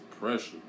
pressure